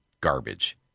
garbage